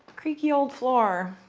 creaky old floor.